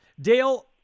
Dale